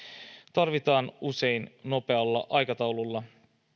tarvitaan usein nopealla aikataululla